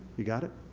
you got it?